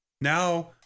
Now